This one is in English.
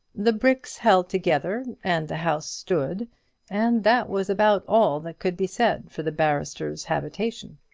the bricks held together, and the house stood and that was about all that could be said for the barrister's habitation.